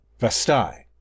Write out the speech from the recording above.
Vastai